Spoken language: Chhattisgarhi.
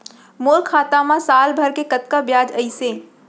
मोर खाता मा साल भर के कतका बियाज अइसे?